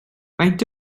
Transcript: faint